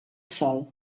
sol